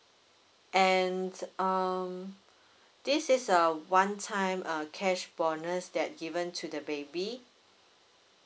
and um this is a one time uh cash bonus that given to the baby